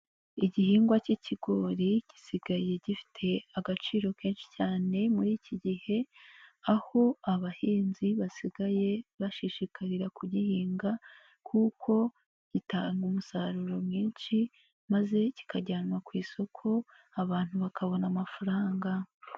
Igihingwa cy'ikigori gisigaye gifite agaciro kenshi cyane muri iki gihe, aho abahinzi basigaye bashishikarira kugihinga kuko gitanga umusaruro mwinshi maze kikajyanwa ku isoko abantu bakabona amafaranga.